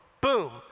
Boom